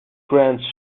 grand